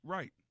Right